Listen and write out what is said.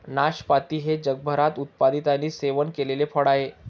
नाशपाती हे जगभरात उत्पादित आणि सेवन केलेले फळ आहे